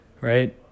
right